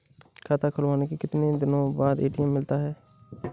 खाता खुलवाने के कितनी दिनो बाद ए.टी.एम मिलेगा?